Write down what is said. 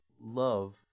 love